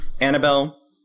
Annabelle